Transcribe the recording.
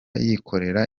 yikorera